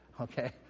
Okay